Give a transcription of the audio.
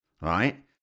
right